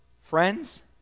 friends